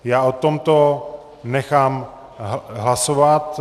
O tomto nechám hlasovat.